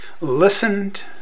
listened